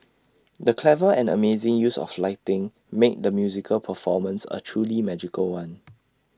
the clever and amazing use of lighting made the musical performance A truly magical one